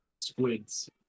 Squids